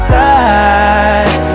die